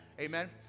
Amen